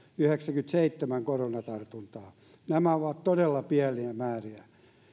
yhdeksänkymmentäseitsemän koronatartuntaa nämä ovat todella pieniä määriä